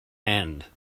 hand